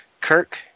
Kirk